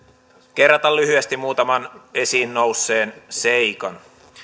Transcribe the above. kerrata lyhyesti muutaman esiin nousseen seikan